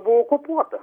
buvo okupuota